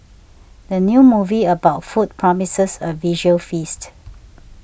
the new movie about food promises a visual feast